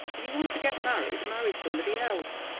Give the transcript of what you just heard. if you want to get married, marry somebody else.